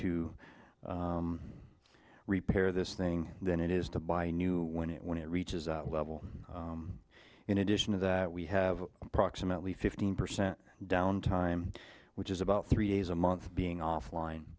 to repair this thing than it is to buy new when it when it reaches a level in addition to that we have approximately fifteen percent down time which is about three days a month being